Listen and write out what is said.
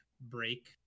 break